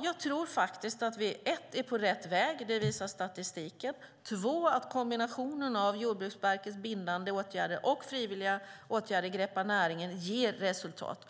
Jag tror att vi 1. är på rätt väg, det visar statistiken, 2. att kombinationen av Jordbruksverkets bindande åtgärder och frivilliga åtgärder inom Greppa näringen ger resultat.